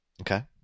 Okay